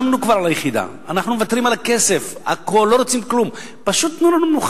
לא הסבירו להם שהם צריכים לשלם דמי